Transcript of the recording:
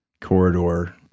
corridor